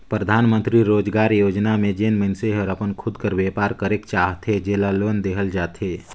परधानमंतरी रोजगार योजना में जेन मइनसे हर अपन खुद कर बयपार करेक चाहथे जेला लोन देहल जाथे